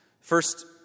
First